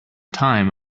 time